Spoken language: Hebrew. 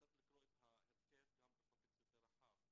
צריך לקרוא את ההרכב גם בקונטקסט יותר רחב.